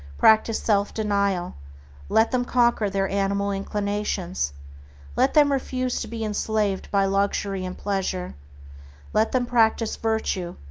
practice self-denial let them conquer their animal inclinations let them refuse to be enslaved by luxury and pleasure let them practice virtue,